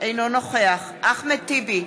אינו נוכח אחמד טיבי,